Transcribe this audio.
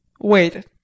wait